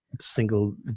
single